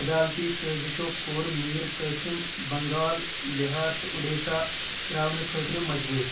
عدالتی سٲزِشو کوٚر میٖر قاسِم بنٛگال، بِہار تہٕ اُڈیٖسا تراونہٕ خٲطرٕ مجبوٗر